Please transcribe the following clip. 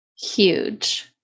huge